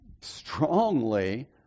strongly